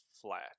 flat